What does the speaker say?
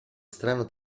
strano